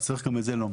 אז צריך גם את זה לומר.